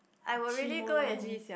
I would really go and